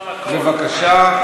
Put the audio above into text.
בבקשה.